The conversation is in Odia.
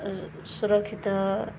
ସୁରକ୍ଷିତ